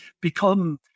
become